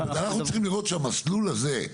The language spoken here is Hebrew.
זה אנחנו צריכים לראות שהמסלול הזה,